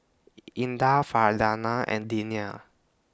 Indah Farhanah and Diyana